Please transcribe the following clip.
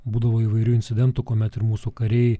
būdavo įvairių incidentų kuomet ir mūsų kariai